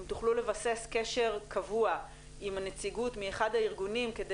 אם תוכלו לבסס קשר קבוע עם הנציגות מאחד הארגונים,